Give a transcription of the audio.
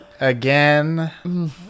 again